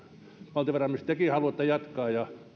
valtiovarainministeri että tekin haluatte jatkaa